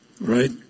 right